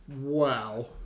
Wow